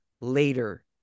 later